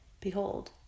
behold